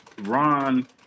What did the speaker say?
Ron